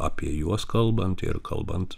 apie juos kalbant ir kalbant